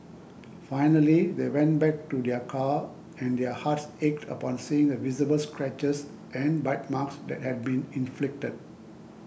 finally they went back to their car and their hearts ached upon seeing the visible scratches and bite marks that had been inflicted